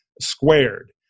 squared